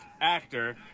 actor